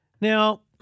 Now